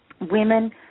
Women